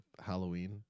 Halloween